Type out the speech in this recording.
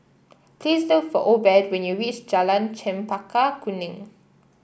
please look for Obed when you reach Jalan Chempaka Kuning